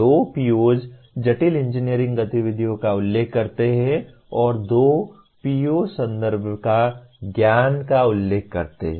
दो POs जटिल engineering गतिविधियों का उल्लेख करते हैं और दो POs संदर्भ ज्ञान का उल्लेख करते हैं